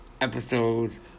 episodes